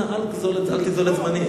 אנא אל תגזול את זמני.